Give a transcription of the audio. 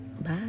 Bye